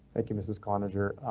thank you mrs. carter,